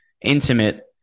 intimate